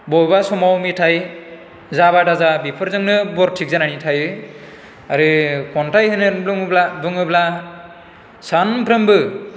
बेबेबा समाव मेथाइ जाबा दाजा बेफोरजोंनो बरथिक जानानै थायो आरो खन्थाइ होन्नानै बुङोब्ला बुङोब्ला सानफ्रोमबो